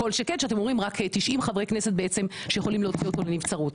כל שכן שאתם אומרים רק 90 חברי כנסת בעצם שיכולים להוציא אותו לנבצרות,